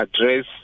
address